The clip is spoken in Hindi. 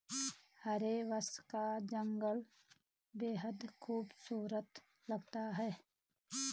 हरे बांस का जंगल बेहद खूबसूरत लगता है